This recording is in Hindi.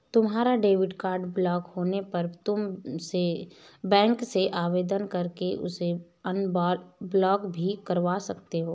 तुम्हारा डेबिट कार्ड ब्लॉक होने पर तुम बैंक से आवेदन करके उसे अनब्लॉक भी करवा सकते हो